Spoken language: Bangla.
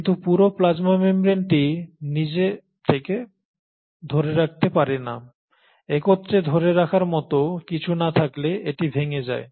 কিন্তু পুরো প্লাজমা মেমব্রেনটি নিজে থেকে ধরে রাখতে পারে না একত্রে ধরে রাখার মতো কিছু না থাকলে এটি ভেঙে যায়